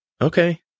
Okay